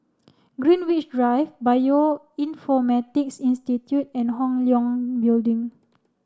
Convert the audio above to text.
Greenwich Drive Bioinformatics Institute and Hong Leong Building